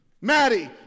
Maddie